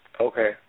Okay